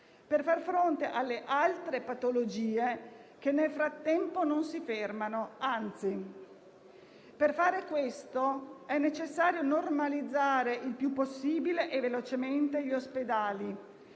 per far fronte alle altre patologie, che nel frattempo non si fermano, anzi. Per fare questo c'è bisogno di normalizzare il più possibile e velocemente gli ospedali,